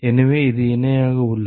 எனவே அது இணையாக உள்ளது